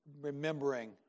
remembering